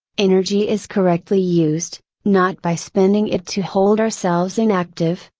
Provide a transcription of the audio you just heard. energy is correctly used, not by spending it to hold ourselves inactive,